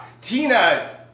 Tina